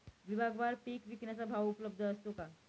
विभागवार पीक विकण्याचा भाव उपलब्ध असतो का?